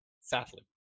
Sadly